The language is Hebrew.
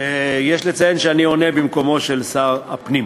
יש לציין שאני עונה במקומו של שר הפנים.